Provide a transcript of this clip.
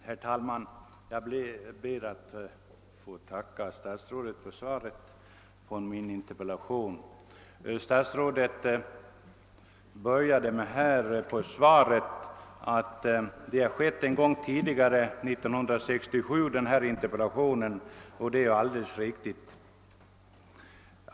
Herr talman! Jag ber att få tacka statsrådet för svaret på min interpellation. Statsrådet framhöll i början av svaret att en interpellation i frågan har framställts en gång tidigare, nämligen 1967, och det är alldeles riktigt.